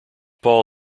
paul